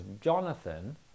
Jonathan